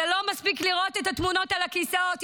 זה לא מספיק לראות את התמונות על הכיסאות.